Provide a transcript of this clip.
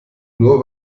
nur